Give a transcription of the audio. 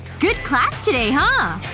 good class today, huh?